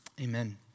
Amen